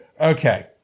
Okay